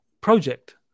project